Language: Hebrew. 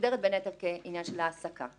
מוגדרת כעניין של העסקה.